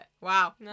wow